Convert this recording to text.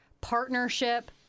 partnership